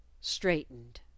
straightened